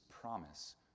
promise